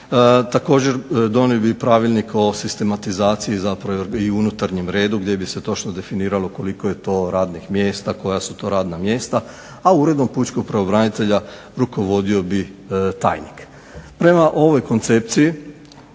Također donio bi i Pravilnik o sistematizaciji i unutarnjem redu gdje bi se točno definiralo koliko je to radnih mjesta, koja su to radna mjesta, a uredbom pučkog pravobranitelja rukovodio bi tajnik. Prema ovoj koncepciji